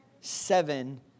Seven